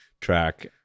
track